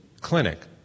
clinic